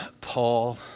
Paul